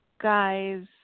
guys